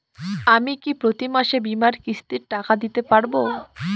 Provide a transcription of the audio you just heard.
আমি কি প্রতি মাসে বীমার কিস্তির টাকা দিতে পারবো?